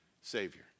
savior